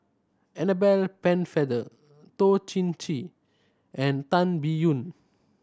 Annabel Pennefather Toh Chin Chye and Tan Biyun